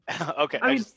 Okay